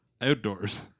outdoors